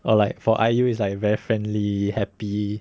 or like for I_U is like very friendly happy